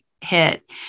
hit